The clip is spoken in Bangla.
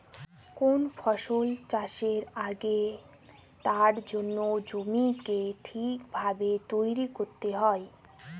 কোন ফসল চাষের আগে তার জন্য জমিকে ঠিক ভাবে তৈরী করতে হয়